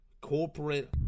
corporate